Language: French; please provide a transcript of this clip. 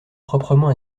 proprement